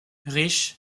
riche